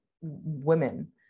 women